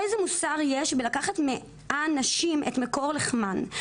איזה מוסר יש בלקחת מהנשים את מקור לחמן?